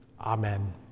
amen